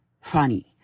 funny